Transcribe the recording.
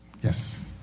yes